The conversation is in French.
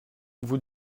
vous